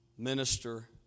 minister